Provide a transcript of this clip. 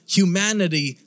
humanity